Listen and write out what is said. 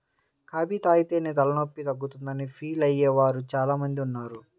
coffee తాగితేనే తలనొప్పి తగ్గుతుందని ఫీల్ అయ్యే వారు చాలా మంది ఉన్నారు